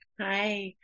Hi